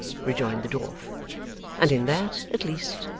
rejoined the dwarf and in that, at least,